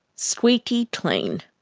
squeaky clean.